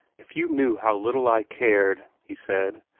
if you knew how little i cared! he said.